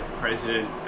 president